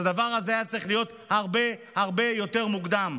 הדבר הזה היה צריך להיות הרבה הרבה יותר מוקדם.